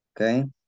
Okay